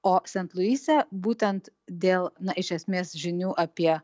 o sent luise būtent dėl na iš esmės žinių apie